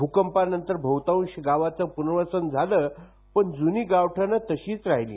भूकंपानंतर बहुतांश गावाचं पुनर्वसन झालं पण जुनी गावठाणं तशीच राहिली